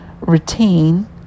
routine